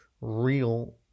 real